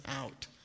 out